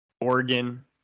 Oregon